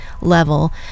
level